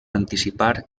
anticipar